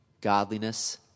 Godliness